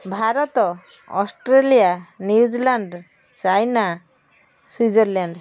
Bharat Australia New Zealand China Switzerland